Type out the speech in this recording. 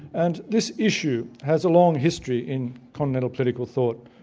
and this issue has a long history in continental political thought,